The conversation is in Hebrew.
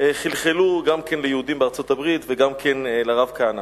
חלחלו גם ליהודים בארצות-הברית וגם לרב כהנא.